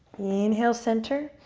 inhale, center.